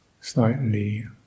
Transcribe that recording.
slightly